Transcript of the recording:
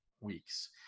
weeks